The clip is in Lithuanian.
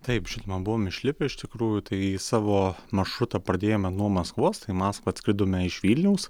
taip žinoma buvom išlipę iš tikrųjų tai savo maršrutą pradėjome nuo maskvos į maskvą atskridome iš vilniaus